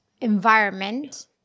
environment